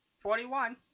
Forty-one